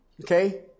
Okay